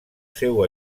seu